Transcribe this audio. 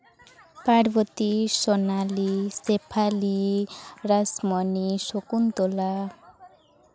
Parbati Sonali Shefali Rasmoni Sakuntala